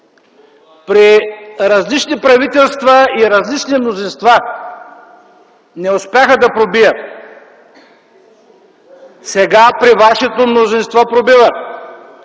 при различни правителства и различни мнозинства и не успяха да пробият. Сега при вашето мнозинство пробиват.